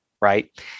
right